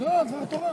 לא, דבר תורה.